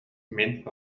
мин